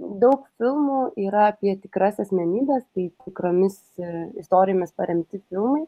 daug filmų yra apie tikras asmenybes tai tikromis istorijomis paremti filmai